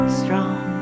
strong